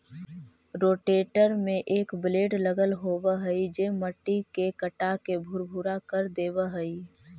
rotator में एक blade लगल होवऽ हई जे मट्टी के काटके भुरभुरा कर देवऽ हई